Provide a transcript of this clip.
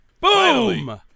Boom